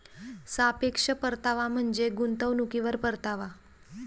सापेक्ष परतावा म्हणजे गुंतवणुकीवर परतावा